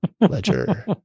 ledger